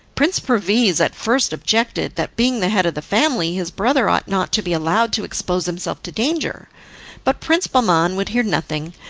prince perviz at first objected that, being the head of the family, his brother ought not to be allowed to expose himself to danger but prince bahman would hear nothing,